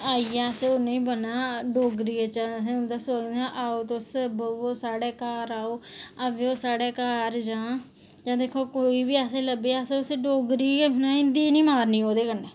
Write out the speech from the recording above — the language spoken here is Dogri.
आई जा असें हून बी बोलना डोगरी बिच सद्दना आओ तुस ब'वो साढ़े घर आओ आवेओ साढ़े घर जां दिक्खो आं कोई बी असेंगी लब्भेआ डोगरी गै बोलना हिंदी निं मारनी ओह्दे कन्नै